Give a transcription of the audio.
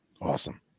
Awesome